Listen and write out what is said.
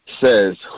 says